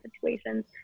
situations